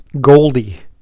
Goldie